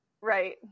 Right